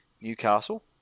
Newcastle